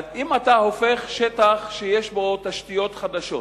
אם אתה הופך שטח שיש בו תשתיות חדשות